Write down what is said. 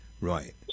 Right